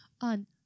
on